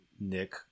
Nick